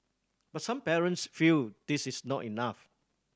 but some parents feel this is not enough